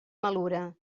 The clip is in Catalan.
malura